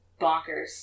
bonkers